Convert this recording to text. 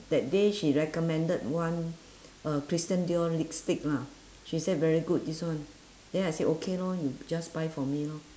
that day she recommended one uh christian dior lipstick lah she say very good this one then I say okay lor you just buy for me lor